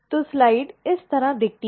तो स्लाइड इस तरह दिखती है